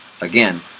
again